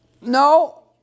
no